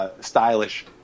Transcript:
stylish